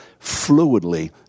fluidly